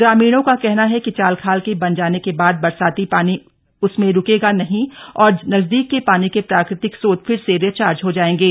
ग्रामीणों का कहना है कि चाल खाल के बन जाने के बाद बरसाती पानी उसमें रुकेगा और नजदीक के पानी के प्राकृतिक च्रोत फिर से रीचार्ज हो जाएंगे